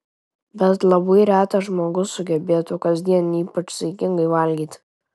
bet labai retas žmogus sugebėtų kasdien ypač saikingai valgyti